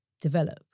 develop